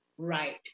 Right